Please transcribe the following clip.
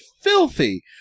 filthy